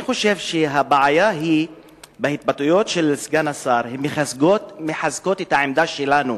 אני חושב שהבעיה היא שההתבטאויות של סגן השר מחזקות את העמדה שלנו,